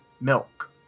milk